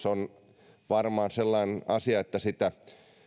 on varmaan sellainen asia että sitä